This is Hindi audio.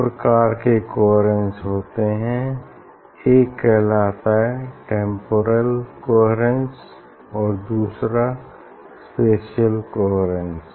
दो प्रकार के कोहेरेन्स होते हैं एक कहलाता है टेम्पोरल कोहेरेन्स और दूसरा स्पेसियल कोहेरेन्स